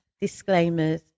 disclaimers